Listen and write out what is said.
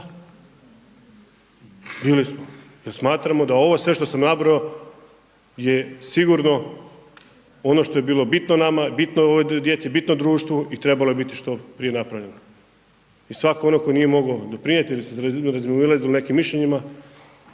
bili smo, jer smatramo da ovo sve što sam nabrojao, je sigurno ono što je bilo bitno nama, bitno ovoj djeci, bitno društvo i trebalo je biti što prije napravljeno. I svatko onaj tko nije mogao doprinijeti …/Govornik se ne razumije./… u nekim mišljenjima